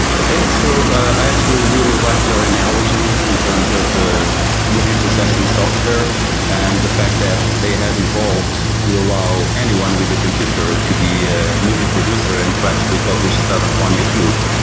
okay. so i actually really like your analogy in terms of the movie processing software and the fact that they have evolved to allow anyone with a computer to be a movie producer and to actually publish stuff on youtube.